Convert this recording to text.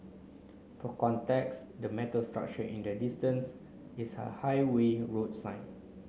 for context the metal structure in the distance is a highway roads sign